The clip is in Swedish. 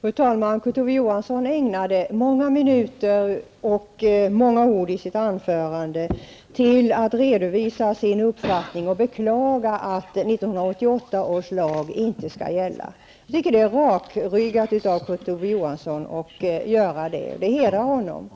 Fru talman! Kurt Ove Johansson ägnade många minuter och ord i sitt anförande till att redovisa sin uppfattning och beklaga att 1988 års lag inte skall gälla. Jag tycker att det är rakryggat av Kurt Ove Johansson att göra det. Det hedrar honom.